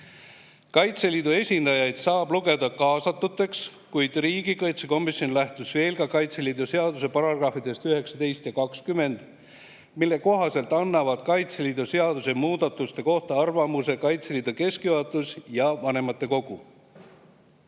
Kaitseliidu esindajaid saab lugeda kaasatuteks, kuid riigikaitsekomisjon lähtus ka Kaitseliidu seaduse §-dest 19 ja 20, mille kohaselt annavad Kaitseliidu seaduse muudatuste kohta arvamuse Kaitseliidu keskjuhatus ja vanematekogu.